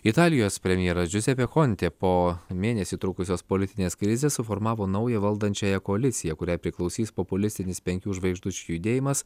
italijos premjeras džiuzepė kontė po mėnesį trukusios politinės krizės suformavo naują valdančiąją koaliciją kuriai priklausys populistinis penkių žvaigždučių judėjimas